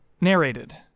Narrated